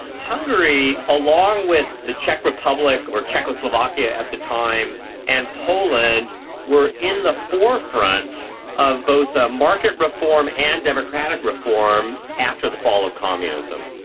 hungary, along with the czech republic or czechoslovakia at the time and poland were in the forefront of both a market reform and democratic reform after the fall of communism.